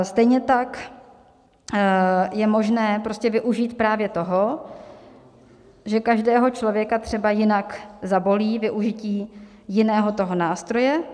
Stejně tak je možné prostě využít právě toho, že každého člověka třeba jinak zabolí využití jiného nástroje.